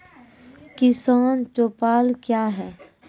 किसान चौपाल क्या हैं?